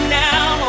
now